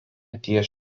ties